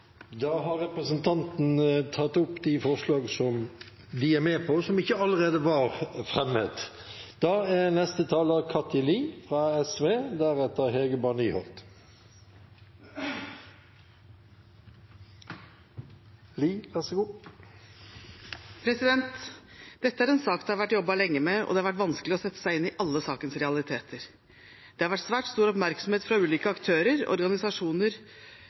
Da har representanten Silje Hjemdal tatt opp de forslag hun refererte til. Dette er en sak det har vært jobbet lenge med, og det har vært vanskelig å sette seg inn i alle sakens realiteter. Det har vært svært stor oppmerksomhet fra ulike aktører og organisasjoner